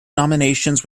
nominations